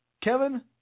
Kevin